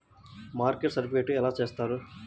Market certification ఎలా చేస్తారు?